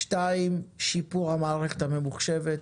שתיים, שיפור המערכת הממוחשבת,